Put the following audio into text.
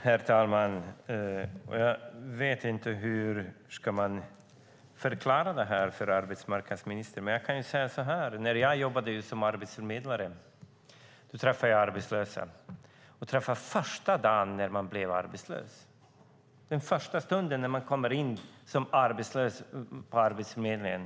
Herr talman! Jag vet inte hur jag ska förklara det här för arbetsmarknadsministern. Men jag kan berätta att när jag jobbade som arbetsförmedlare träffade jag människor som första dagen, deras första stund som arbetslösa, kom in på Arbetsförmedlingen.